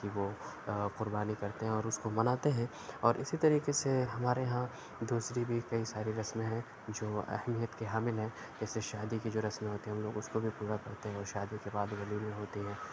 کی وہ قربانی کرتے ہیں اور اُس کو مناتے ہیں اور اِسی طریقے سے ہمارے یہاں دوسری بھی کئی ساری رسمیں ہیں جو اہمیت کے حامل ہیں جیسے شادی کی جو رسمیں ہوتی ہیں ہم لوگ اُس کو بھی پورا کرتے ہیں اور شادی کے بعد ولیمے ہوتے ہیں